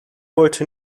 wollte